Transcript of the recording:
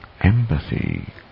empathy